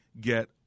get